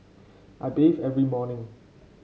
I bathe every morning